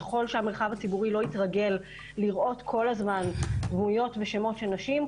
ככל שהמרחב הציבורי לא יתרגל לראות כל הזמן דמויות ושמות של נשים,